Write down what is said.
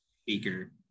speaker